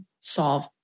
solve